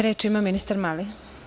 Reč ima ministar Mali.